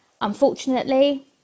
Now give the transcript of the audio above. Unfortunately